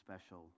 special